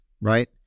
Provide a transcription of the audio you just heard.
right